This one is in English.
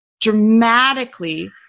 dramatically